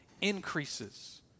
increases